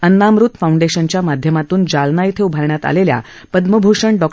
अन्नामृत फाउंडेशनच्या माध्यमातून जालना इथं उभारण्यात आलेल्या पद्मभूषण डॉ